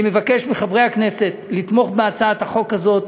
אני מבקש מחברי הכנסת לתמוך בהצעת החוק הזאת,